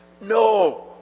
No